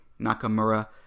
Nakamura